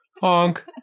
Honk